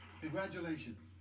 Congratulations